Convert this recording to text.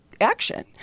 action